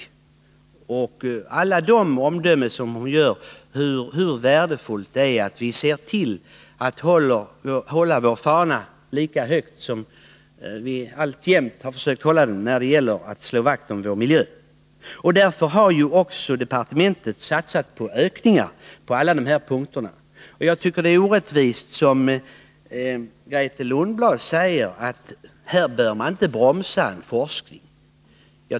Jag instämmer i de omdömen hon fällde om hur viktigt och värdefullt det är att se till att vi fortsättningsvis håller vår fana lika högt som hittills när det gäller att slå vakt om vår miljö. Departementet har ju också satsat på ökningar på alla de här punkterna. Men jag tycker det är orättvist när Grethe Lundblad säger att man här inte bör bromsa forskningen.